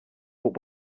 but